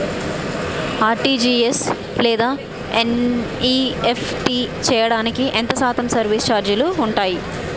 RTGS లేదా NEFT చేయడానికి ఎంత శాతం సర్విస్ ఛార్జీలు ఉంటాయి?